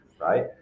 right